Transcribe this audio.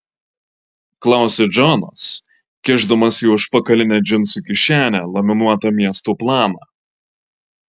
klausia džonas kišdamas į užpakalinę džinsų kišenę laminuotą miesto planą